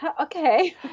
okay